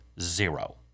zero